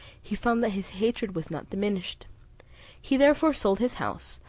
he found that his hatred was not diminished he therefore sold his house,